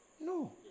No